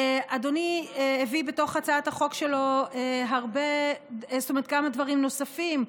אדוני הביא בתוך הצעת החוק שלו כמה דברים נוספים,